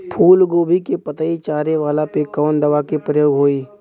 फूलगोभी के पतई चारे वाला पे कवन दवा के प्रयोग होई?